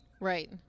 Right